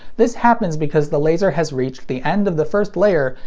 this happens because the laser has reached the end of the first layer,